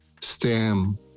stem